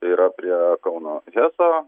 yra prie kauno heso